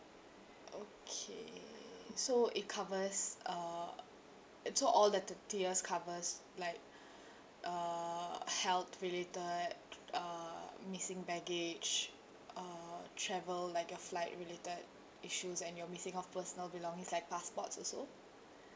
okay so it covers uh it so all that the tiers covers like uh health related uh missing baggage uh travel like your flight related issues and your missing of personal belongings like passports also